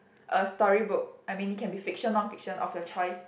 a storybook I mean it can be fiction non fiction of your choice